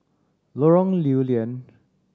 Lorong Lew Lian